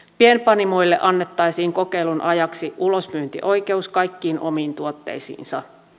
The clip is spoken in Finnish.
pienpanimoille annettaisiin kokeilun ajaksi ulosmyyntioikeus kaikkiin omiin tuotteisiinsa